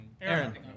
Aaron